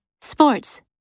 Sports